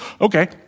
okay